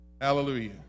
Hallelujah